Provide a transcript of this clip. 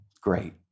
great